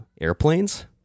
airplanes